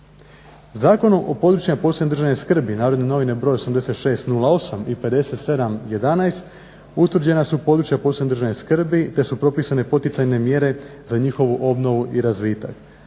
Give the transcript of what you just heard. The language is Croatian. Zakon o područjima posebne državne skrbi NN br. 86/08 i 57/11 utvrđena su područja posebne državne skrbi, te su propisane poticajne mjere za njihovu obnovu i razvitak.